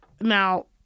now